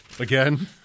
again